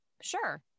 Sure